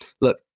look